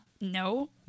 no